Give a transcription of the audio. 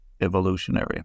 evolutionary